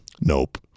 Nope